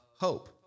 hope